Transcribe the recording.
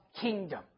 kingdom